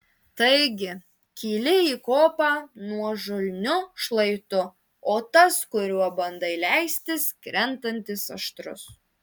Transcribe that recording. taigi kyli į kopą nuožulniu šlaitu o tas kuriuo bandai leistis krentantis aštrus